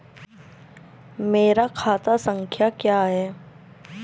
मेरा खाता संख्या क्या है?